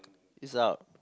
is out